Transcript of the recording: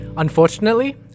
Unfortunately